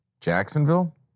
Jacksonville